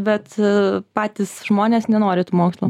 bet patys žmonės nenori tų mokslų